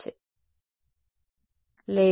విద్యార్థి ఇక్కడే గేజ్ తేడా